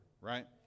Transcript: right